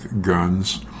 guns